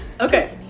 Okay